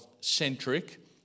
centric